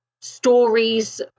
stories